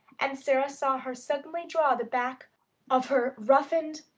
and sara saw her suddenly draw the back of her roughened,